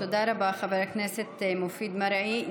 תודה רבה, חבר הכנסת מופיד מרעי.